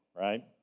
right